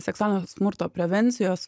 seksualinio smurto prevencijos